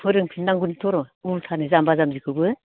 फोरों फिननांगोन्थ' र' उल्थानो जाम्बा जाम्बिखौबो